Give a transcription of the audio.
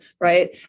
Right